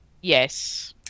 Yes